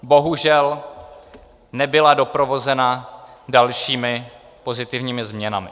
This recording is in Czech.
Bohužel nebyla doprovozena dalšími pozitivními změnami.